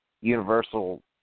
Universal